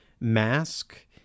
mask